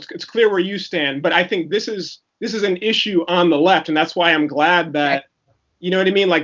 it's clear where you stand. but i think this is this is an issue on the left. and that's why i'm glad that you know what i mean? like